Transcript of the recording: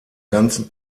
ganzen